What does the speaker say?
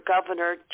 Governor